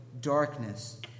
darkness